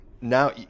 now